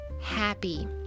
happy